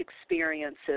experiences